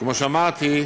כמו שאמרתי,